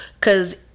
Cause